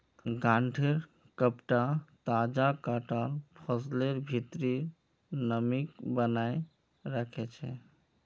गांठेंर कपडा तजा कटाल फसलेर भित्रीर नमीक बनयें रखे छै